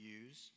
use